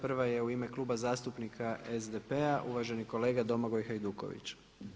Prva je u ime Kluba zastupnika SDP-a uvaženi kolega Domagoj Hajduković.